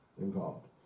involved